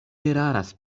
eraras